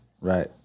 Right